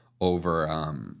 over—